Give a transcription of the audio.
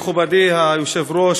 מכובדי היושב-ראש,